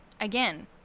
Again